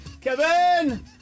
Kevin